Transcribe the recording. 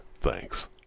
thanks